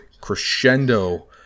crescendo